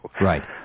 Right